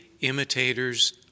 imitators